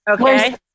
Okay